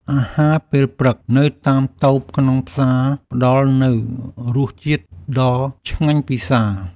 អាហារពេលព្រឹកនៅតាមតូបក្នុងផ្សារផ្ដល់នូវរសជាតិដ៏ឆ្ងាញ់ពិសា។